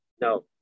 No